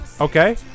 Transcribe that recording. Okay